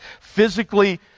physically